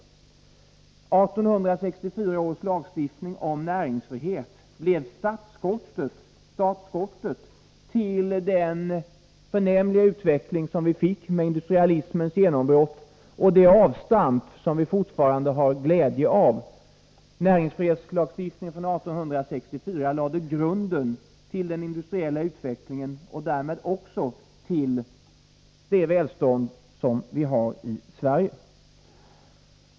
1864 års lagstiftning om näringsfrihet blev startskottet för den utveckling som vi fick med industrialismens genombrott, och detta avstamp har vi fortfarande glädje av. Näringsfrihetslagstiftningen från 1864 lade grunden till den industriella utvecklingen och därmed också till det välstånd som vi har i Sverige.